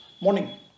Morning